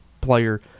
player